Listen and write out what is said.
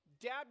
Dad